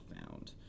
found